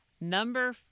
Number